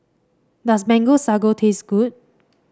does Mango Sago taste good